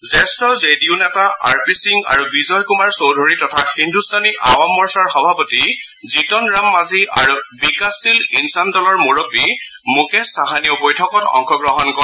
জ্যেষ্ঠ J D নেতা R C P Singh আৰু বিজয় কুমাৰ চৌধুৰী তথা হিন্দুস্তানী আৱাম মৰ্চাৰ সভাপতি জিতান ৰাম মাঞ্জী আৰু বিকাশশীল ইন্চান দলৰ মুৰববী মুকেশ চাহানীয়েও বৈঠকত অংশগ্ৰহণ কৰে